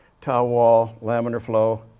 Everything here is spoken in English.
tau wall, laminate flow,